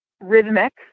rhythmic